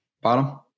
bottom